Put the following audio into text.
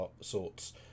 sorts